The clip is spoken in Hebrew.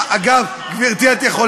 אני לא עונה, אגב, גברתי את יכולה